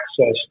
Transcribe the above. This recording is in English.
access